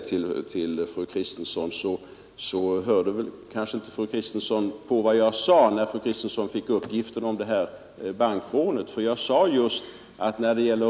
Nr 136 Måndagen den å 4 11 december 1972 177 nya polismanstjänster. Därutöver finns nu som förslag den Gullnässka utredningen, som går ut på bl.a. 102 nya tjänster.